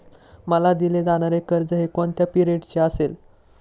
मला दिले जाणारे कर्ज हे कोणत्या पिरियडचे असेल?